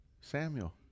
Samuel